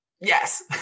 yes